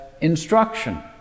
instruction